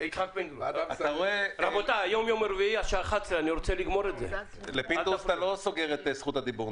1.9 אחוז באורגני ו-3.2 אחוז בחופש.